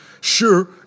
sure